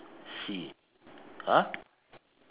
C !huh!